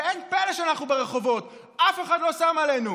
ואין פלא שאנחנו ברחובות, אף אחד לא שם עלינו.